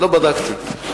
לא בדקתי.